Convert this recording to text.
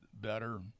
better